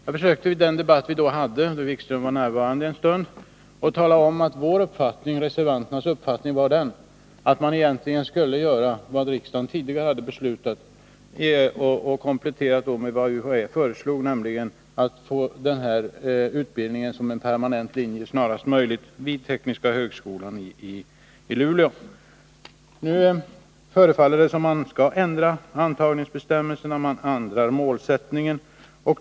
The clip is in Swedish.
Jag försökte i den debatt vi då hade, där Jan-Erik Wikström var närvarande en stund, att tala om att reservanternas uppfattning var att man egentligen skulle göra vad riksdagen tidigare hade beslutat och komplettera sedan med det UHÄ föreslår, nämligen att få denna utbildning som en permanent linje snarast möjligt vid Tekniska högskolan i Luleå. Det förefaller som om man skall ändra antagningsbestämmelserna och målsättningen.